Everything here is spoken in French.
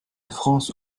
france